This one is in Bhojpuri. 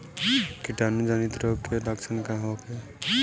कीटाणु जनित रोग के लक्षण का होखे?